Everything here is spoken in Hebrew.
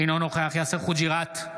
אינו נוכח יאסר חוג'יראת,